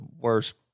worst